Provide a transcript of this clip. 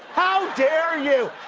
how dare you?